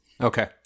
Okay